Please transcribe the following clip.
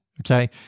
okay